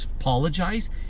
apologize